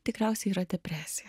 tikriausiai yra depresija